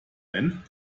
ein